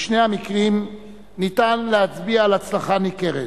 בשני המקרים אפשר להצביע על הצלחה ניכרת.